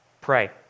Pray